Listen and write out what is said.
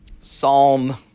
Psalm